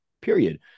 period